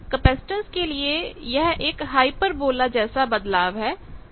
capacitance के लिए यह एक हाइपरबोला जैसा बदलाव है